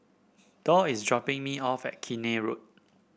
Dorr is dropping me off at Keene Road